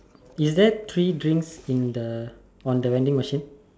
is there three drinks in the on the vending machine